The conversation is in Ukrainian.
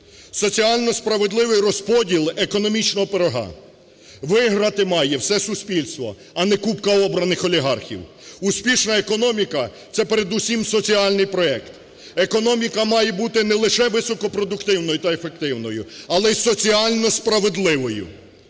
соціально справедливий розподіл економічного пирога. Виграти має все суспільство, а не купка обраних олігархів. Успішна економіка – це, передусім, соціальний проект. Економіка має бути не лише високопродуктивною та ефективною, але й соціально справедливою.